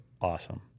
awesome